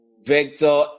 vector